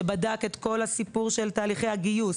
שבדק את כל הסיפור של תהליכי הגיוס,